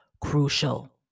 crucial